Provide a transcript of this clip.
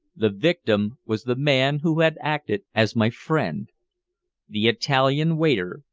the victim was the man who had acted as my friend the italian waiter,